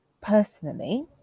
personally